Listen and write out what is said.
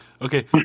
Okay